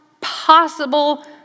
possible